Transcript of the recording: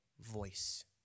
voice